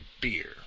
beer